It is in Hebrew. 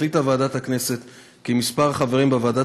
החליטה ועדת הכנסת כי מספר החברים בוועדת